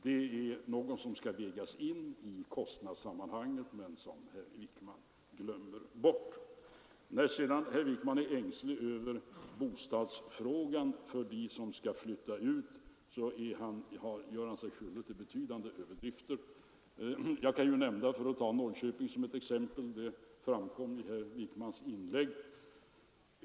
Detta skall också vägas in när vi talar om kostnaderna, men det glömmer herr Wijkman bort. Herr Wijkman är ängslig över hur bostadsfrågan skall lösas för dem som skall flytta ut och gör sig på den punkten skyldig till betydande överdrifter. Jag kan ta Norrköping som ett exempel — det framskymtade i herr Wijkmans inlägg.